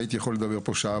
והייתי יכול לדבר פה שעה,